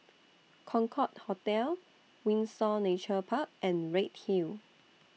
Concorde Hotel Windsor Nature Park and Redhill